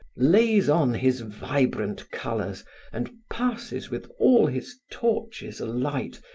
lays on his vibrant colors and passes with all his torches alight,